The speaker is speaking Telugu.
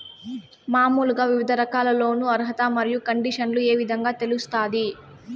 మామూలుగా వివిధ రకాల లోను అర్హత మరియు కండిషన్లు ఏ విధంగా తెలుస్తాది?